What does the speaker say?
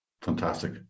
Fantastic